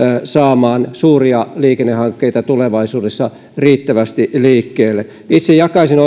saamaan suuria liikennehankkeita tulevaisuudessa riittävästi liikkeelle itse jakaisin